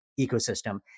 ecosystem